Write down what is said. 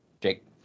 Jake